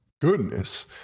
goodness